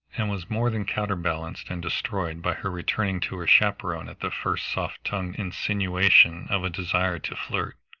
and was more than counterbalanced and destroyed by her returning to her chaperon at the first soft-tongued insinuation of a desire to flirt,